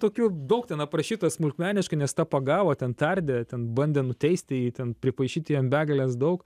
tokių daug ten aprašyta smulkmeniškai nes tą pagavo ten tardė ten bandė nuteisti jį ten pripaišyti jam begales daug